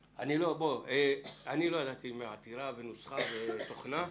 אני לא ידעתי מהעתירה, מנוסחה ומתוכנה.